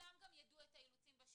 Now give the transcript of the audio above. וכולם יידעו את האילוצים בשטח,